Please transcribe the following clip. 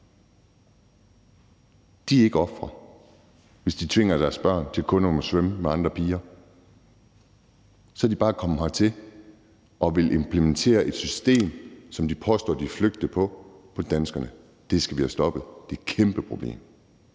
De er ikke ofre, hvis de tvinger deres børn til kun at måtte svømme med andre piger. Så er de bare kommet hertil og vil implementere et system, som de påstår de er flygtet fra, på danskerne. Det skal vi have stoppet. Det er et kæmpe problem.